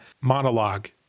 monologue